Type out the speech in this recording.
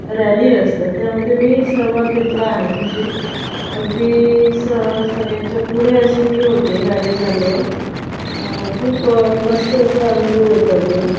rally असतात त्यामध्ये मी सहभाग घेतला आहे म्हणजे अगदी सह सगळ्यांच्या पुढे अशी मी होते गाडी चालवत म खूप मस्त असा अनुभव होता तो